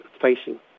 facing